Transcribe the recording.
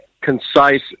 concise